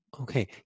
Okay